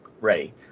ready